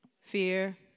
Fear